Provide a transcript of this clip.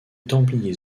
templiers